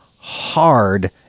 hard